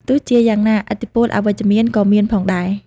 ទោះជាយ៉ាងណា ឥទ្ធិពលអវិជ្ជមានក៏មានផងដែរ។